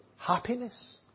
happiness